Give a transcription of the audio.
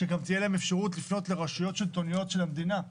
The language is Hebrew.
שתהיה לה אפשרות לפנות גם לרשויות שלטוניות של המדינה,